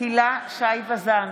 הילה שי וזאן,